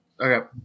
Okay